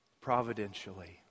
providentially